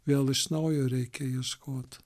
vėl iš naujo reikia ieškot